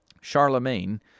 Charlemagne